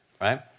right